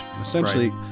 essentially